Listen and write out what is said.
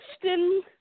question